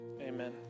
Amen